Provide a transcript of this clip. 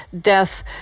death